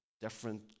different